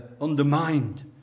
undermined